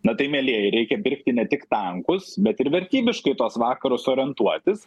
na tai mielieji reikia pirkti ne tik tankus bet ir vertybiškai į tuos vakarus orientuotis